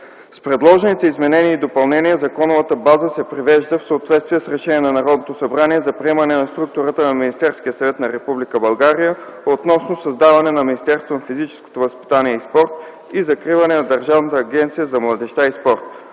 С предложените изменения и допълнения законовата база се привежда в съответствие с Решение на Народното събрание за приемане на структурата на Министерския съвет на Република България относно създаване на Министерство на физическото възпитание и спорта и закриване на Държавната агенция за младежта и спорта.